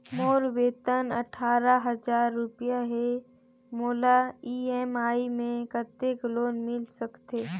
मोर वेतन अट्ठारह हजार रुपिया हे मोला ई.एम.आई मे कतेक लोन मिल सकथे?